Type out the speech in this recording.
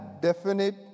definite